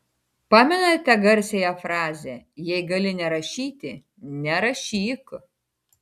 pamenate garsiąją frazę jei gali nerašyti nerašyk